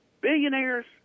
Billionaires